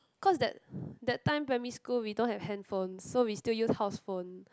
cause that that time primary school we don't have handphone so we still use house phone